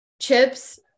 chips